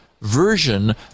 version